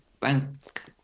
bank